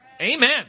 Amen